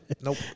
Nope